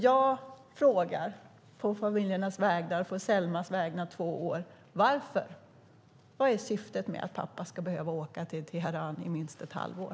Jag frågar på familjernas vägnar, på Selmas vägnar, två år, vad syftet är att pappa behöver åka till Teheran i minst ett halvår.